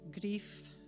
grief